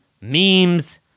memes